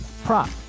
Prop